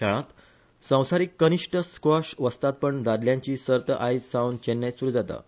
खेळांत संवसारिक कनिष्ट स्क्वॅश वस्तादपण दादल्यांची सर्त आयज सावन चैन्नयत सुरु जाता